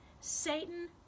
Satan